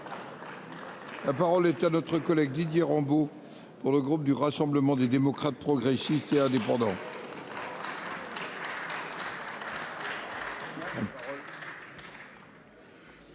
La parole est à M. Didier Rambaud, pour le groupe Rassemblement des démocrates, progressistes et indépendants.